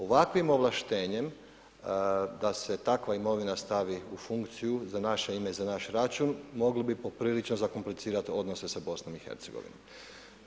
Ovakvim ovlaštenjem da se takva imovina stavi u funkciju za naše ime i naš račun moglo bi poprilično zakomplicirati odnose sa BiH-a.